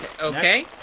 Okay